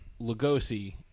Lugosi